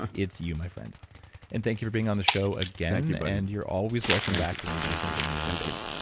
it's you, my friend and thank you for being on the show again and you're always welcome back when you do something new and big